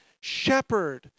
shepherd